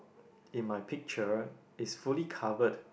in my picture is fully covered